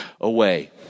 away